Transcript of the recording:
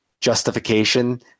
justification